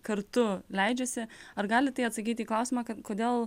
kartu leidžiasi ar galit tai atsakyti į klausimą kad kodėl